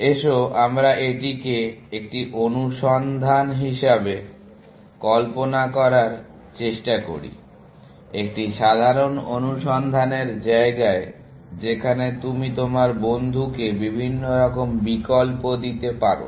এসো আমরা এটিকে একটি অনুসন্ধান হিসাবে কল্পনা করার চেষ্টা করি একটি সাধারণ অনুসন্ধানের জায়গায় যেখানে তুমি তোমার বন্ধুকে বিভিন্নরকম বিকল্প দিতে পারো